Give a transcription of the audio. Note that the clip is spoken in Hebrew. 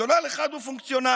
רציונל אחד הוא פונקציונלי,